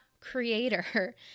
creator